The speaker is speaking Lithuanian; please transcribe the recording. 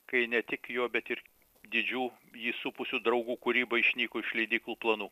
kai ne tik jo bet ir didžių jį supusių draugų kūryba išnyko iš leidyklų planų